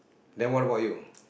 then what about you